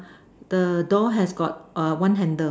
the door has got err one handle